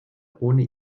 ohne